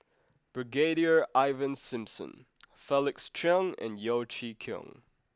Brigadier Ivan Simson Felix Cheong and Yeo Chee Kiong